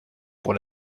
pour